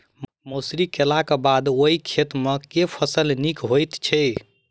मसूरी केलाक बाद ओई खेत मे केँ फसल नीक होइत छै?